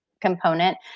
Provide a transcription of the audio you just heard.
component